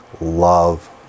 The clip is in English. love